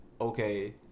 okay